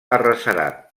arrecerat